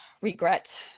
regret